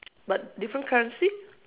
but different currency